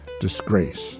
disgrace